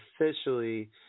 officially